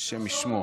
השם ישמור.